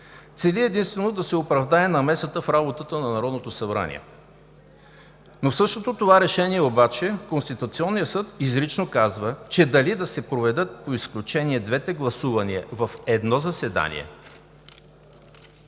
цели единствено да се оправдае намесата в работата на Народното събрание. В същото това решение обаче Конституционният съд изрично казва, че дали да се проведат по изключение двете гласувания в едно заседание,